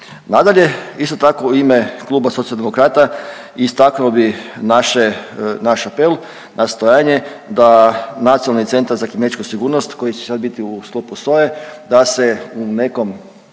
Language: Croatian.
Nadalje, isto tako u ime kluba Socijaldemokrata istaknuo bih naš apel, nastojanje da Nacionalni centar za kibernetičku sigurnost koji će sad biti u sklopu SOA-e da se u nekim